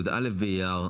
י"א באייר,